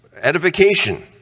edification